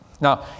Now